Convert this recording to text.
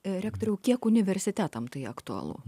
rektoriau kiek universitetam tai aktualu